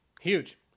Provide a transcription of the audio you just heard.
Huge